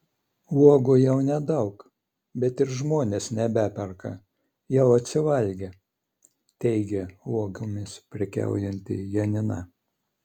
uogų jau nedaug bet ir žmonės nebeperka jau atsivalgė teigė uogomis prekiaujanti janina